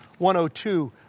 102